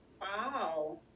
Wow